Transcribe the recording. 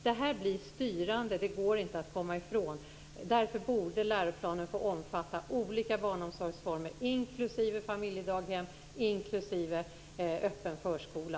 Det här blir styrande, det går inte att komma ifrån. Därför borde läroplanen få omfatta olika barnomsorgsformer, inklusive familjedaghem och öppen förskola.